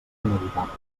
inevitable